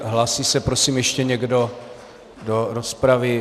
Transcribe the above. Hlásí se, prosím, ještě někdo do rozpravy?